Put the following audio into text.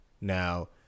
Now